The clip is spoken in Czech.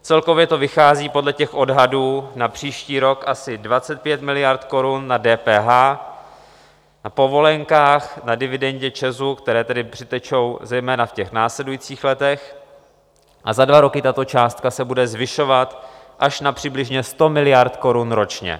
Celkově to vychází podle těch odhadů na příští rok asi 25 miliard korun na DPH a povolenkách, na dividendě ČEZu, které přitečou zejména v těch následujících letech, a za dva roky tato částka se bude zvyšovat až na přibližně 100 miliard korun ročně.